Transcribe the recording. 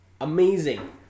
Amazing